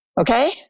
okay